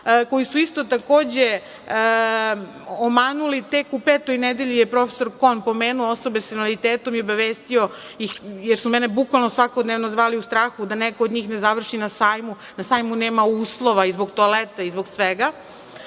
koji su takođe omanuli, tek u petoj nedelji je profesor Kon pomenuo osobe sa invaliditetom i obavestio ih, jer su mene bukvalno zvali, u strahu da neko od njih ne završi na Sajmu, jer na Sajmu nema uslova, ni zbog toaleta, ni zbog svega.